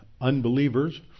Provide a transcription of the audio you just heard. unbelievers